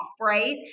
right